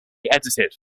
edited